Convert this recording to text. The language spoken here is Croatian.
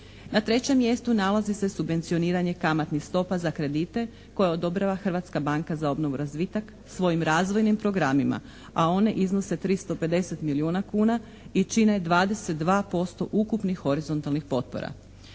Na 3. mjestu nalazi se subvencioniranje kamatnih stopa za kredite koje odobrava Hrvatska banka za obnovu i razvitak svojim razvojnim programima. A one iznose 350 milijuna kuna i čine 22% ukupnih horizontalnih potpora.